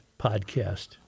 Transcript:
podcast